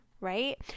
Right